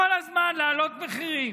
כל הזמן, להעלות מחירים.